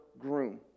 groom